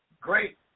great